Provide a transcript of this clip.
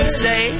say